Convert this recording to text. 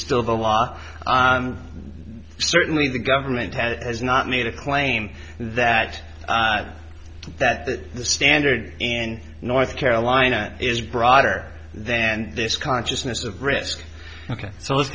still the law and certainly the government has not made a claim that that that the standard in north carolina is broader than this consciousness of risk ok so let's